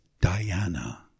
Diana